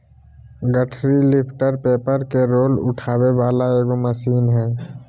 गठरी lifter paper के roll उठावे वाला एगो मशीन हइ